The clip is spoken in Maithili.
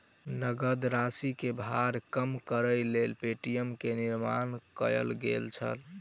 नकद राशि के भार कम करैक लेल पे.टी.एम के निर्माण कयल गेल छल